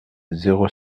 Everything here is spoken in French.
zéro